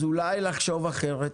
אז אולי לחשוב אחרת?